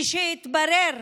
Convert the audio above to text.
משהתברר